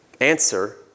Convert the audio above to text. answer